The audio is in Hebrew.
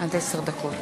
עד עשר דקות